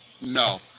no